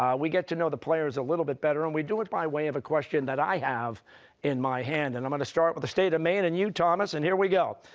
we get to know the players a little bit better, and we do it by way of a question that i have in my hand. and i'm going to start with the state of maine, and you thomas, and here we go.